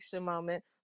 moment